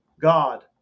god